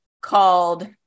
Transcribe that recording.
called